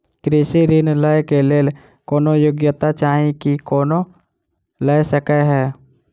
कृषि ऋण लय केँ लेल कोनों योग्यता चाहि की कोनो लय सकै है?